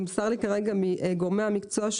נמסר לי כרגע מגורמי המקצוע,